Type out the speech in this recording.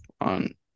on